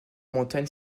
montagne